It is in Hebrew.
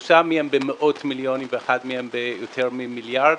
שלוש מהן במאות מיליונים ואחת מהן ביותר ממיליארד.